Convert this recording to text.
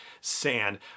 sand